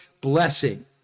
blessing